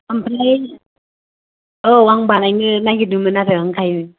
आमफ्राय औ आं बानायनो नागिरदोंमोन आरो ओंखायनो